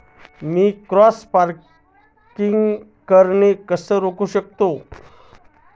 मी cross परागीकरण कसे रोखू शकतो?